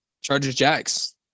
Chargers-Jags